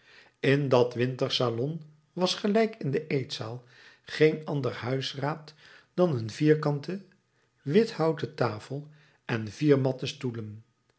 in dat wintersalon was gelijk in de eetzaal geen ander huisraad dan een vierkante wit houten tafel en vier matten stoelen